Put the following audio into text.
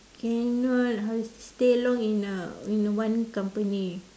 cannot how to stay long in a in a one company